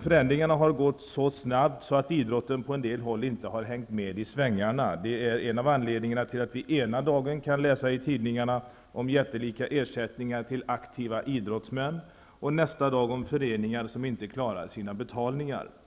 Förändringarna har gått så snabbt att idrotten på en del håll inte har hängt med i svängarna. Det är en av anledningarna till att vi ena dagen kan läsa i tidningarna om jättelika ersättningar till aktiva idrottsmän och nästa dag om föreningar som inte klarar sina betalningar. Herr talman!